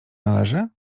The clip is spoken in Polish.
należy